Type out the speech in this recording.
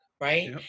Right